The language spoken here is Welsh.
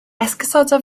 esgusoda